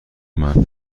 منفی